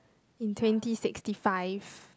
in twenty sixty five